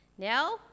Now